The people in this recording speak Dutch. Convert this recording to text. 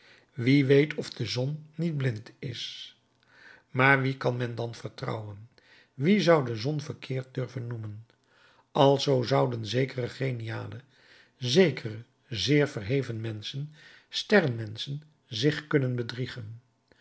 wie weet of de zon niet blind is maar wien kan men dan vertrouwen solem quis dicere falsum audeat alzoo zouden zekere geniale zekere zeer verheven menschen sterrenmenschen zich kunnen bedriegen